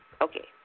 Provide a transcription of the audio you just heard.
Okay